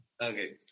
Okay